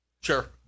Sure